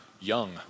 young